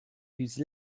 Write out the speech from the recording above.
whose